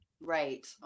Right